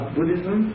Buddhism